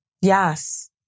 Yes